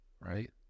Right